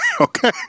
Okay